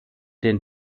den